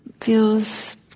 feels